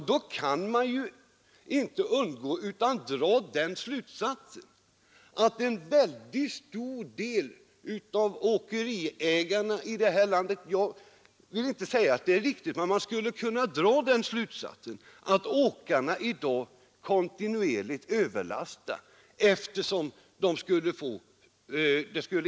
Då skulle man ju kunna dra den slutsatsen — jag vill inte säga att det är så — att åkarna i dag kontinuerligt överlastar.